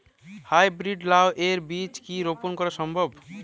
High breed লাও এর বীজ কি রোপন করা সম্ভব?